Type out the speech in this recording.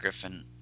Griffin